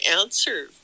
answer